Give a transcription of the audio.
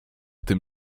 tym